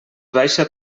baixa